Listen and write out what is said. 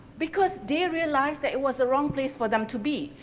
because they realized that it was the wrong place for them to be.